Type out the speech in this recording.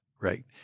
right